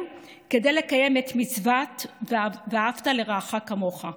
כדי לקיים את מצוות "ואהבת לרעך כמוך".